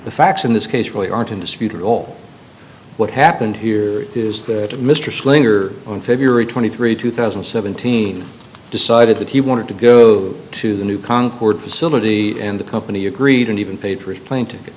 the facts in this case really aren't in dispute at all what happened here is that mr slater on february twenty three two thousand and seventeen decided that he wanted to go to the new concorde facility and the company agreed and even paid for his plane ticket